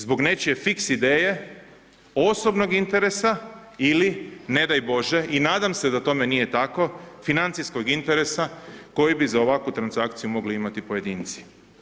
Zbog nečije fiks ideje osobnog interesa ili ne daj Bože i nadam se da tome nije tako financijskog interesa koji bi za ovakvu transakciju mogli imati pojedinci.